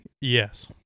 yes